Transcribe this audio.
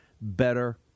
better